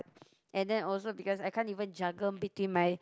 and then also because I can't even juggle between my